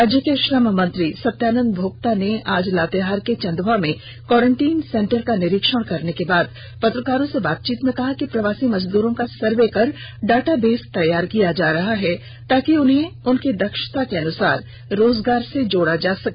राज्य के श्रम मंत्री सत्यानंद भोगता ने आज लातेहार के चंदवा में कोरेंटीन सेंटर का निरीक्षण करने के बाद पत्रकारों से बातचीत में कहा कि प्रवासी मजदूरों का सर्वे कर डाटाबेस तैयार किया जा रहा है ताकि उन्हें उनकी दक्षता के अनुसार रोजगार से जोड़ा जा सके